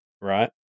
right